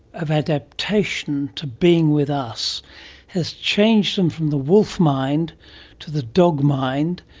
of adaptation to being with us has changed them from the wolf mind to the dog mind,